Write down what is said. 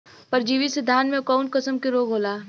परजीवी से धान में कऊन कसम के रोग होला?